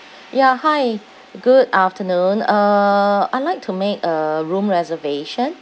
ya hi good afternoon uh I'd like to make a room reservation